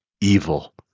evil